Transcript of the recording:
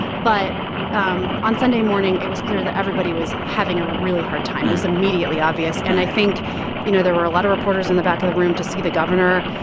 but um on sunday morning, it was clear that everybody was having a really hard time. it was immediately obvious. and i think you know, there were a lot of reporters in the back of the room to see the governor.